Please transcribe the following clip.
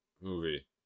movie